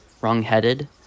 wrong-headed